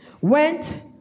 went